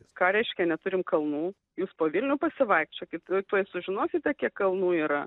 ką reiškia neturime kalnų jis poviliui pasivaikščiokit tuoj sužinosite kiek kalnų yra